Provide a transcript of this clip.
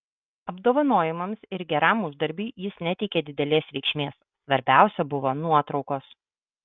apdovanojimams ir geram uždarbiui jis neteikė didelės reikšmės svarbiausia buvo nuotraukos